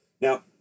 Now